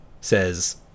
says